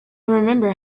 remember